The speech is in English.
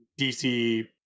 DC